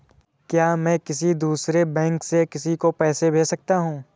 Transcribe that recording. क्या मैं किसी दूसरे बैंक से किसी को पैसे भेज सकता हूँ?